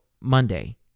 Monday